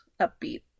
upbeat